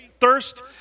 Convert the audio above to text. thirst